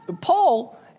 Paul